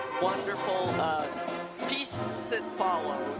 wonderful feasts that follow,